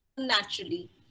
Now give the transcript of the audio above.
Naturally